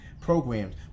programs